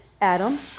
Adam